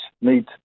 need